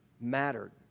mattered